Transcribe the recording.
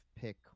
pick